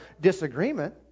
disagreement